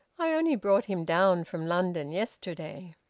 i only brought him down from london yesterday.